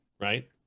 right